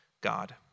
God